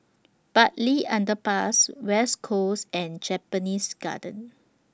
Bartley Underpass West Coast and Japanese Garden